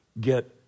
get